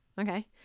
okay